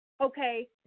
Okay